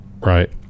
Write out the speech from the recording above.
right